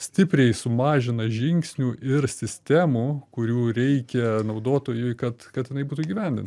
stipriai sumažina žingsnių ir sistemų kurių reikia naudotojui kad kad jinai būtų įgyvendin